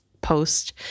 post